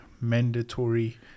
mandatory